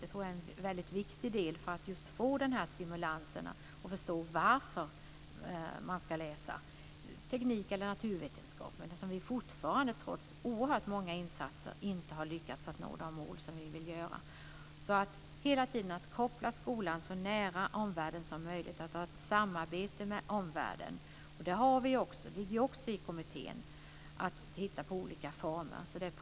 Det tror jag är en väldigt viktig del för att eleverna ska få stimulans och förstå varför de ska läsa teknik eller naturvetenskap där vi, trots oerhört många insatser, inte har lyckats nå våra mål. Det handlar alltså hela tiden om att koppla skolan så nära omvärlden som möjligt och att ha ett samarbete med omvärlden. Det ingår också i kommitténs arbete att titta på olika former för detta.